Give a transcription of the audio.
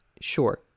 Sure